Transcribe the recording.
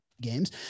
games